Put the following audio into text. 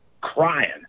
crying